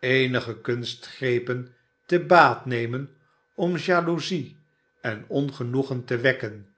eenige kunstgrepen te baat nemen om jaloezie en ongenoegen te verwekken